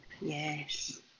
Yes